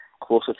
closer